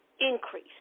increase